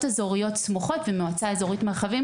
אזוריות סמוכות ומהמועצה האזורית מרחבים,